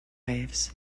waves